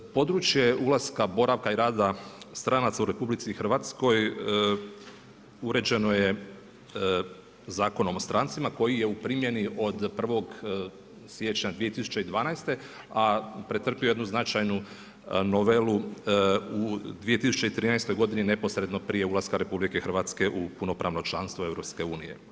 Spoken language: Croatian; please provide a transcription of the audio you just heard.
Područje ulaska boravka i rada stranca u RH uređeno je Zakonom o strancima koji je u primjeni od 1. siječnja 2012., a pretrpio je jednu značajnu novelu u 2013. godini neposredno prije ulaska RH u punopravno članstvo EU.